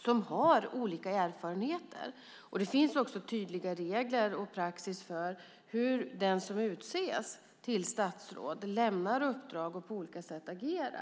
som har olika erfarenheter. Det finns också tydliga regler och praxis för hur den som utses till statsråd ska lämna uppdrag och på olika sätt agera.